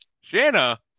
Shanna